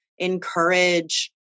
encourage